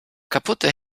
kaputte